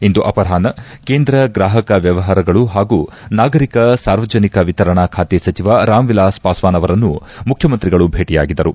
ಇಂದು ಅಪರಾಷ್ನ ಕೇಂದ್ರ ಗ್ರಾಹಕ ವ್ಯವಹಾರಗಳು ಹಾಗೂ ನಾಗರಿಕ ಸಾರ್ವಜನಿಕ ವಿತರಣಾ ಖಾತೆ ಸಚಿವ ರಾಮ್ವಿಲಾಸ್ ಪಾಸ್ತಾನ್ ಅವರನ್ನು ಮುಖ್ಯಮಂತ್ರಿಗಳು ಭೇಟಿಯಾಗಿದ್ದರು